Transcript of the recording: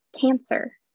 cancer